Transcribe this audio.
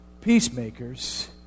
peacemakers